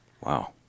Wow